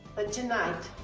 ah tonight,